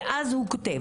ואז הוא כותב.